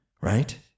right